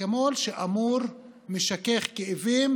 אקמול שאמור להיות משכך כאבים,